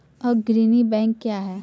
अग्रणी बैंक क्या हैं?